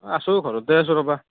আছোঁ ঘৰতে আছোঁ ৰ'বা